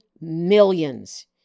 millions